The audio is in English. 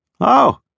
Oh